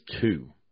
two